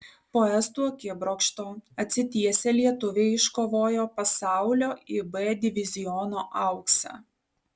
po estų akibrokšto atsitiesę lietuviai iškovojo pasaulio ib diviziono auksą